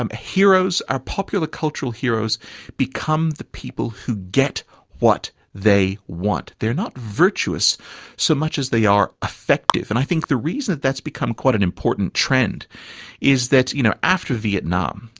um our popular cultural heroes become the people who get what they want. they're not virtuous so much as they are effective, and i think the reason that that's become quite an important trend is that you know after vietnam,